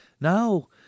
Now